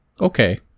Okay